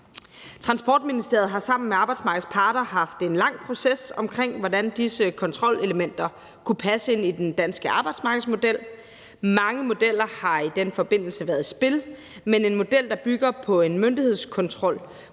Transportministeriet har sammen med arbejdsmarkedets parter haft en lang proces omkring, hvordan disse kontrolelementer kunne passe ind i den danske arbejdsmarkedsmodel. Mange modeller har i den forbindelse været i spil, men en model, der bygger på en myndighedskontrol,